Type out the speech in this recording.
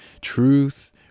truth